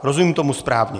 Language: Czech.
Rozumím tomu správně?